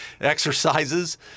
exercises